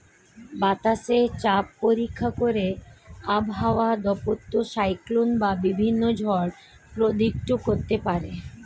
বাতাসে চাপ পরীক্ষা করে আবহাওয়া দপ্তর সাইক্লোন বা বিভিন্ন ঝড় প্রেডিক্ট করতে পারে